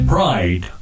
Pride